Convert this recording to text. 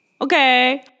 Okay